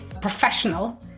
professional